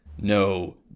no